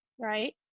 right